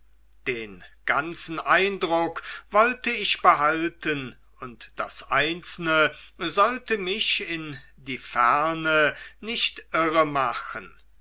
den ganzen eindruck wollte ich behalten und das einzelne sollte mich in die ferne nicht